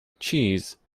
cheese